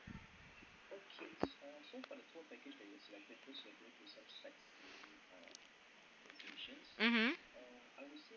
mmhmm